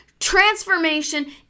transformation